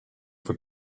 for